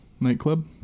nightclub